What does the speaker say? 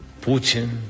Putin